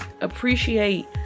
appreciate